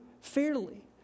fairly